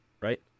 right